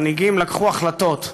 מנהיגים לקחו החלטות.